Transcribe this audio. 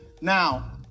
now